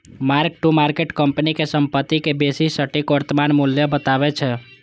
mark to market company के संपत्ति के बेसी सटीक वर्तमान मूल्य बतबै छै